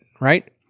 right